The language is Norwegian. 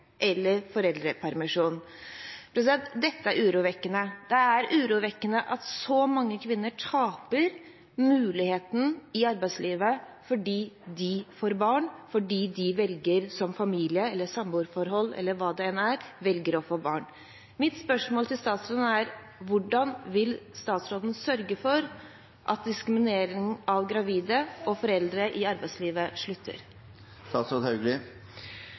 eller foreldrepermisjon. Dette er urovekkende. Det er urovekkende at så mange kvinner taper muligheter i arbeidslivet fordi de får barn, fordi de – som del av familie eller samboerforhold eller hva det enn er – velger å få barn. Mitt spørsmål til statsråden er: Hvordan vil statsråden sørge for at diskriminering av gravide og foreldre i arbeidslivet slutter?